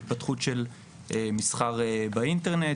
התפתחות של מסחר באינטרנט.